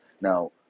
Now